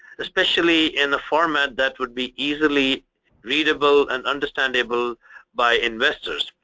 especially in the format that would be easily readable and understandable by investors.